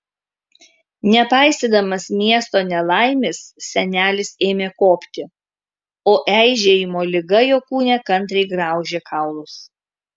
nepaisydamas miesto nelaimės senelis ėmė kopti o eižėjimo liga jo kūne kantriai graužė kaulus